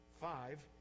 five